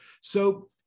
So-